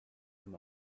him